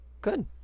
good